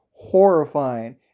horrifying